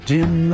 Dim